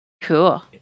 cool